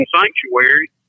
Sanctuary